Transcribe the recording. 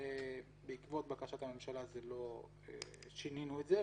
בעקבות בקשת הממשלה שינינו את זה,